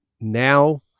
now